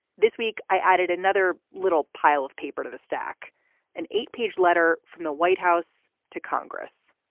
this week i added another little pile of paper to the stack an eight page letter from the white house to congress.